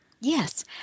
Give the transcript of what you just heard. Yes